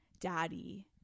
Daddy